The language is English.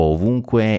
ovunque